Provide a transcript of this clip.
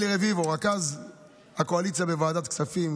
אלי רביבו, רכז הקואליציה בוועדת כספים,